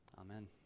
Amen